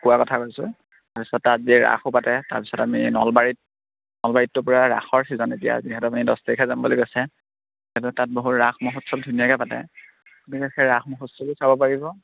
ফাকুৱা কথা কৈছোঁ তাৰপিছত তাত যে ৰাসো পাতে তাৰপিছত আমি নলবাৰীত নলবাৰীততো পূৰা ৰাসৰ ছিজন এতিয়া যিহেতু আপুনি দহ তাৰিখে যাম বুলি গৈছে যিহেতু তাত বহুত ৰাস মহোৎসৱ ধুনীয়াকৈ পাতে গতিকে সেই ৰাস মহোৎসৱো চাব পাৰিব